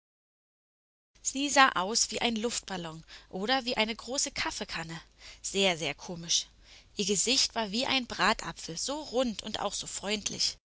sie sah aus wie ein luftballon oder wie eine große kaffeekanne sehr sehr komisch ihr gesicht war wie ein bratapfel so rund und auch so freundlich